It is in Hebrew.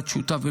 ד.